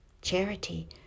Charity